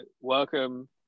welcome